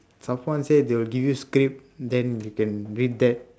someone said they will give you script then you can read that